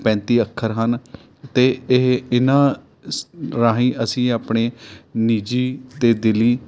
ਪੈਂਤੀ ਅੱਖਰ ਹਨ ਅਤੇ ਇਹ ਇਹਨਾਂ ਸ ਰਾਹੀਂ ਅਸੀਂ ਆਪਣੇ ਨਿੱਜੀ ਅਤੇ ਦਿਲੀ